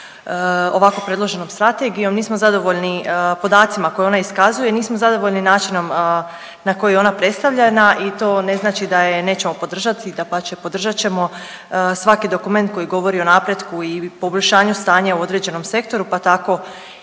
ovako predloženom strategijom, nismo zadovoljni podacima koje ona iskazuje, nismo zadovoljni načinom na koji je ona predstavljena i to ne znači da je nećemo podržati. Dapače, podržat ćemo svaki dokument koji govori o napretku i poboljšanju stanja u određenom sektoru, pa tako